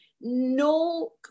no